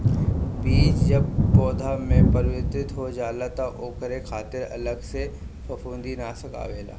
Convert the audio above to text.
बीज जब पौधा में परिवर्तित हो जाला तब ओकरे खातिर अलग से फंफूदनाशक आवेला